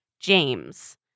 James